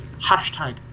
hashtag